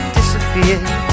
disappeared